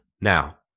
Now